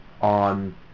on